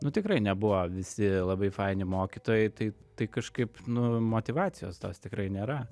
nu tikrai nebuvo visi labai faini mokytojai tai tai kažkaip nu motyvacijos tos tikrai nėra